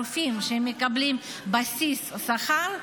הרופאים שמקבלים בסיס שכר,